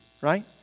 right